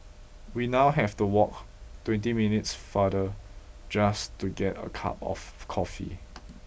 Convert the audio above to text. we now have to walk twenty minutes farther just to get a cup of coffee